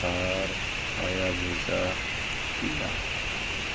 Thar Hayabusa Kia